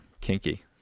Kinky